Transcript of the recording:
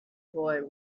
boy